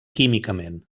químicament